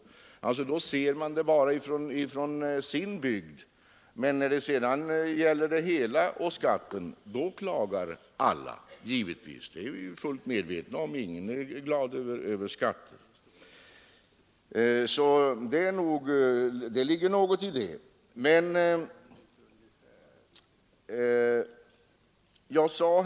De ser bara det hela med utgångspunkt i sin bygd. Men när det sedan gäller skatten totalt klagar givetvis alla, och vi är fullt medvetna om att ingen är glad över skatter. Det ligger alltså något i det som herr Ringaby sade.